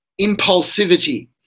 impulsivity